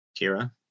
Kira